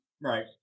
Right